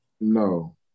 No